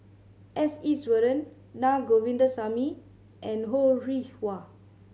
S Iswaran Naa Govindasamy and Ho Rih Hwa